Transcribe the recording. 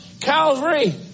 Calvary